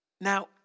Now